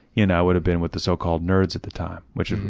you know i would have been with the so-called nerds at the time. which,